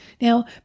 Now